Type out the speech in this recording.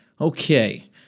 Okay